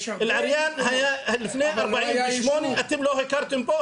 אלערייה היה לפני 48, אתם לא הכרתם בו.